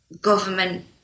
government